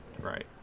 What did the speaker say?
Right